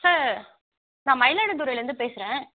sir நான் மயிலாடுதுறைலருந்து பேசுகிறன்